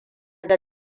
ga